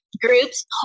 groups